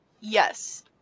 yes